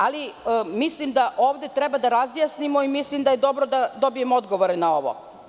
Ali, mislim da ovde treba da razjasnimo i mislim da je dobro da dobijem odgovore na ovo.